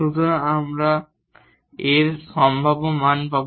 সুতরাং আমরা এর সম্ভাব্য মান পাব